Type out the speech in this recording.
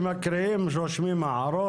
כשמקריאים רושמים הערות.